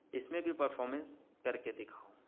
اس میں بھی پرفارمنس کر کے دکھاؤں